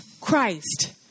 Christ